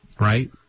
right